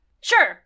Sure